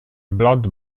blood